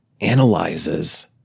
analyzes